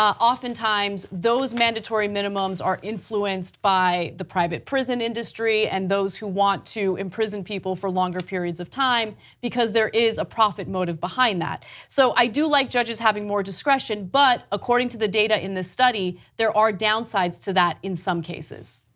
oftentimes those mandatory minimums are influenced by the private prison industry and those who want to imprison people for longer periods of time because there is a profit motive behind that so i do like judges having more discretion but according to the data in this study, there are downsides to that in some cases.